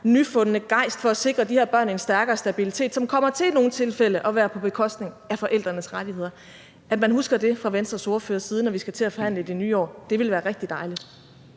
nyfundne gejst for at sikre de her børn en stærkere stabilitet, som i nogle tilfælde kommer til at være på bekostning af forældrenes rettigheder, når vi skal til at forhandle i det nye år. Det ville være rigtig dejligt.